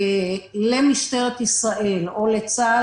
למשטרת ישראל או לצה"ל,